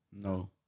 No